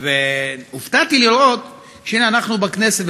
הופתעתי לראות שהנה אנחנו בכנסת,